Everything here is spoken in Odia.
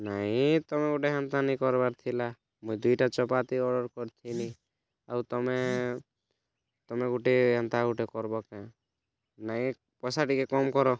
ନାଇଁ ତମେ ଗୋଟେ ହେନ୍ତା ନାଇ କର୍ବାର ଥିଲା ମୁଁ ଦୁଇଟା ଚପାତି ଅର୍ଡ଼ର୍ କରିଥିଲି ଆଉ ତମେ ତମେ ଗୋଟେ ଏନ୍ତା ଗୋଟେ କର୍ବ କିଁ ନାଇଁ ପଇସା ଟିକେ କମ୍ କର